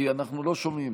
כי אנחנו לא שומעים.